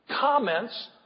Comments